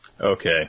Okay